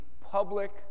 public